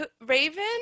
Raven